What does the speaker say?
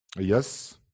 Yes